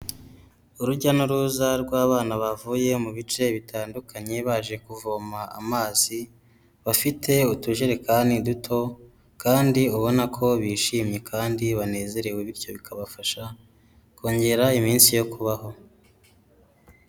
Urujya n'uruza rw'abana bavuye mu bice bitandukanye baje kuvoma amazi bafite utujerekani duto, kandi ubona ko bishimye kandi banezerewe bityo bikabafasha kongera iminsi yo kubaho.